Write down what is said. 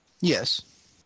Yes